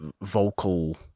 vocal